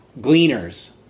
gleaners